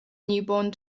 newborn